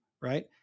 Right